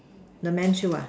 the man shoe ah